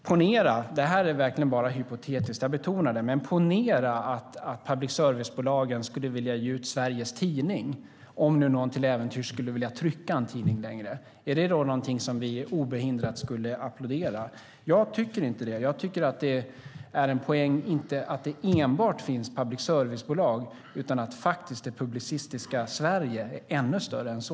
Ponera - det här är verkligen bara hypotetiskt, jag betonar det - att public service-bolagen skulle vilja ge ut Sveriges Tidning, om nu någon till äventyrs skulle vilja trycka en tidning längre. Är det då någonting som vi obehindrat skulle applådera? Jag tycker inte det. Jag tycker att det är en poäng att det inte enbart finns public service-bolag utan att det publicistiska Sverige är ännu större än så.